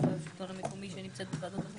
השלטון המקומי שנמצאת בוועדות המקומיות?